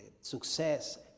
success